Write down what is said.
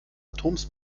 atoms